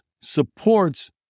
supports